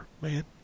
man